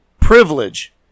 privilege